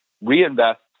reinvest